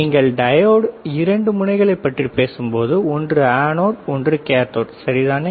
நீங்கள் டையோடின் இரண்டு முனைகளைப் பற்றி பேசும்போது ஒன்று அனோட் ஒன்று கேத்தோடு சரிதானே